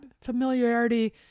familiarity